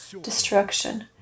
destruction